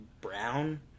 brown